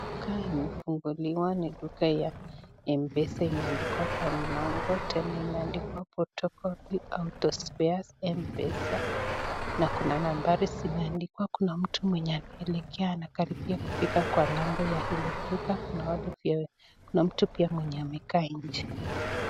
Kaa imefunguliwa ni duka ya mpesa , imeandikwa kwa Mlango tena imeandikwa (photocopy Auto spares mpesa ) na kuna nambari zimeandikwa , kuna mtu anaelekea karibu anafika kwa lango la hilo duka. Kuna watu pia, kuna mtu pia mwenye amekaa nje .